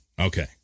okay